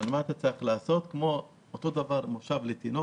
כמו מושב לתינוק